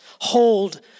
Hold